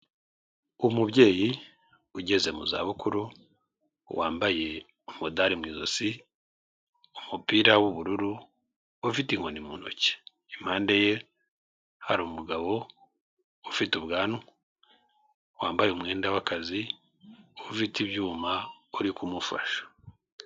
Umubyeyi ugeze mu za bukuru wambaye umudari mu ijosi, umupira w'ubururu ufite inkoni mu ntoki, impande ye hari umugabo ufite ubwanwa wambaye umwenda w'akazi ufite ibyuma uri kumufasha.